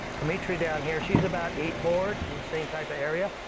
ametria down here, she's about eight board in the same type of area,